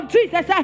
Jesus